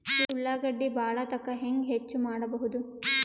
ಉಳ್ಳಾಗಡ್ಡಿ ಬಾಳಥಕಾ ಹೆಂಗ ಹೆಚ್ಚು ಮಾಡಬಹುದು?